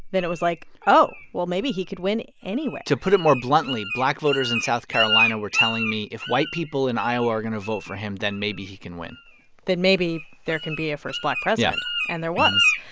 then it was like, oh, well, maybe he could win anywhere to put it more bluntly, black voters in south carolina were telling me if white people in iowa are going to vote for him, then maybe he can win then maybe there can be a first black president yeah and there was.